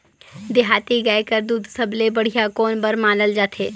देहाती गाय कर दूध सबले बढ़िया कौन बर मानल जाथे?